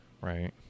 right